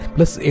Plus